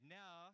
now